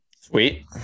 Sweet